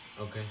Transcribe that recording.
Okay